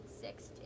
six